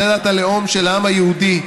מדינת הלאום של העם היהודי,